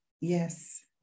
Yes